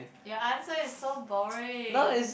your answer is so boring